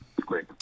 Great